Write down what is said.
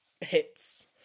hits